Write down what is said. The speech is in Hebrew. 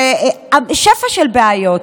שפע של בעיות.